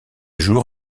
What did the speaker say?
jour